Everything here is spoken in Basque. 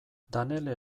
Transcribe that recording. danele